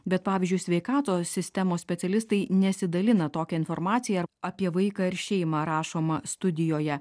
bet pavyzdžiui sveikatos sistemos specialistai nesidalina tokia informacija ar apie vaiką ar šeimą rašoma studijoje